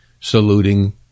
saluting